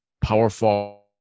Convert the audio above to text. powerful